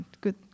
good